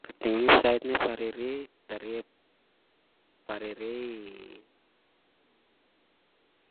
Kating onep saet onep arehreh, ep arehreh